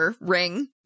ring